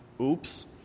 Oops